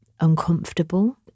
uncomfortable